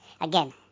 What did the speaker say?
Again